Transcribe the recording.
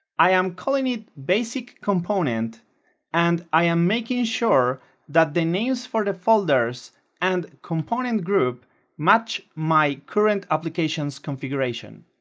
i am calling it basic-component and i am making sure that the names for the folders and component group match my current application's configuration